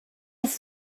off